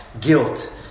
guilt